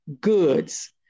goods